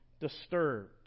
disturbed